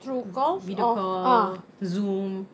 video call zoom